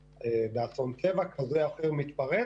באסון טבע כזה או אחר מתפרץ.